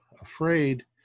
afraid